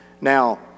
Now